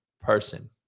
person